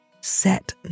Set